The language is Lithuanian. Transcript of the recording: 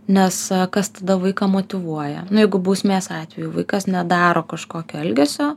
nes kas tada vaiką motyvuoja nu jeigu bausmės atveju vaikas nedaro kažkokio elgesio